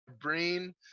brain